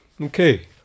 Okay